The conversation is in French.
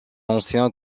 ancien